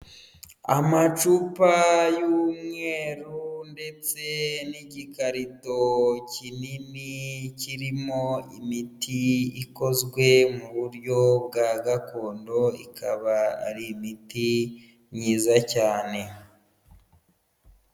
Amacupa y'umweru ndetse n'igikarito kinini kirimo imiti ikozwe mu buryo bwa gakondo ikaba ari imiti myiza cyane.